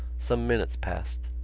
some minutes passed.